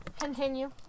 Continue